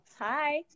hi